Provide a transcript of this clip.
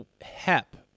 HEP